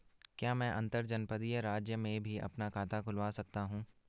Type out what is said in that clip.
क्या मैं अंतर्जनपदीय राज्य में भी अपना खाता खुलवा सकता हूँ?